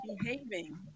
behaving